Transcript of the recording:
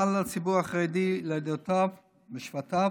כלל הציבור החרדי לעדותיו ולשבטיו,